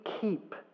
keep